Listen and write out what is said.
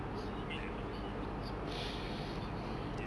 seeing like how he busy school is right know because of polytechnic kan